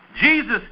Jesus